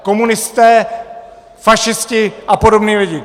Komunisté, fašisti a podobný lidi!